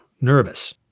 nervous